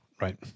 Right